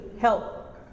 help